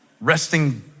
resting